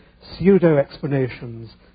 pseudo-explanations